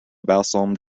balsam